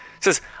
says